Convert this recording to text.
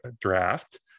draft